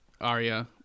Arya